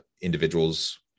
individuals